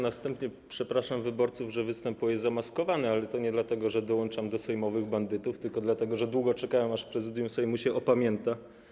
Na wstępie przepraszam wyborców, że występuję zamaskowany, ale to nie dlatego, że dołączam do sejmowych bandytów, tylko dlatego, że długo czekałem, aż Prezydium Sejmu się opamięta.